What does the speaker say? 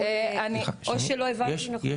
או שלא הבנתי נכון.